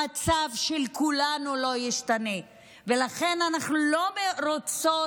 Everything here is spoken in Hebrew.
המצב של כולנו לא ישתנה, ולכן אנחנו לא רוצות